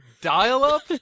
dial-up